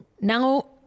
Now